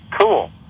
cool